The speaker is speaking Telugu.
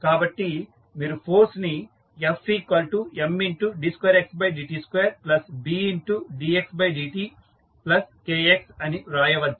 కాబట్టి మీరు ఫోర్స్ ని FMd2xdt2BdxdtKx అని రాయవచ్చు